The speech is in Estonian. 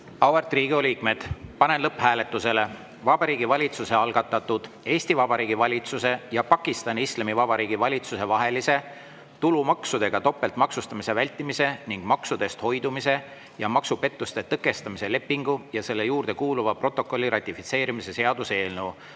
Riigikogu liikmed, panen lõpphääletusele Vabariigi Valitsuse algatatud Eesti Vabariigi valitsuse ja Pakistani Islamivabariigi valitsuse vahelise tulumaksudega topeltmaksustamise vältimise ning maksudest hoidumise ja maksupettuste tõkestamise lepingu ja selle juurde kuuluva protokolli ratifitseerimise seaduse